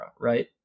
right